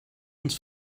uns